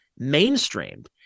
mainstreamed